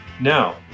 Now